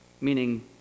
meaning